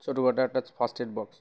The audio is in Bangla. একটা ফার্স্ট এড বকস